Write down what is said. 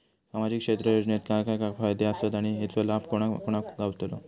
सामजिक क्षेत्र योजनेत काय काय फायदे आसत आणि हेचो लाभ कोणा कोणाक गावतलो?